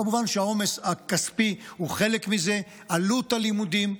כמובן שהעומס הכספי הוא חלק מזה, עלות הלימודים.